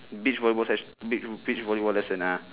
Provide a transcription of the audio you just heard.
beach ball ball session bea~ beach volleyball lesson lah